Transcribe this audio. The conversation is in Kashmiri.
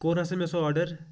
کور ہسا مےٚ سُہ آرڈَر